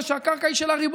היא שהקרקע היא של הריבון,